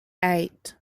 eight